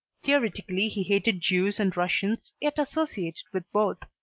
theoretically he hated jews and russians, yet associated with both.